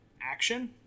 action